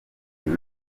njye